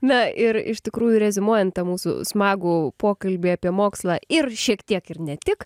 na ir iš tikrųjų reziumuojant tą mūsų smagų pokalbį apie mokslą ir šiek tiek ir ne tik